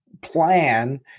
plan